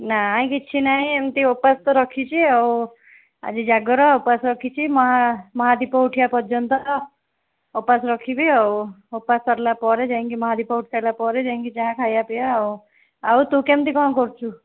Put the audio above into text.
ନା କିଛି ନାହିଁ ଏମତି ଉପାସ ତ ରଖିଛି ଆଉ ଆଜି ଜାଗର ଉପାସ ରଖିଛି ମହା ମହାଦୀପ ଉଠିବା ପର୍ଯ୍ୟନ୍ତ ଉପାସ ରଖିବି ଆଉ ଉପାସ ସରିଲା ପରେ ଯାଇକି ମହାଦୀପ ଉଠିସାରିଲା ପରେ ଯାଇକି ଯାହା ଖାଇବା ପିଇବା ଆଉ ଆଉ ତୁ କେମିତି କ'ଣ କରୁଛୁ